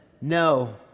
no